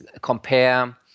compare